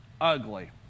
ugly